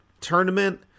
tournament